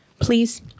Please